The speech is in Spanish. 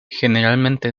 generalmente